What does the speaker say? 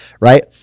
Right